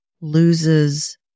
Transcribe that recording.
loses